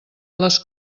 les